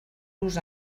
los